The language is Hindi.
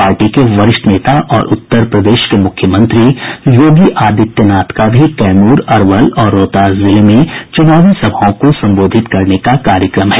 पार्टी के वरिष्ठ नेता और उत्तर प्रदेश के मुख्यमंत्री योगी आदित्यनाथ का भी कैमूर अरवल और रोहतास जिले में चुनावी सभाओं को संबोधित करने का कार्यक्रम है